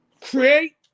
create